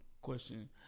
question